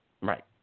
Right